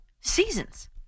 seasons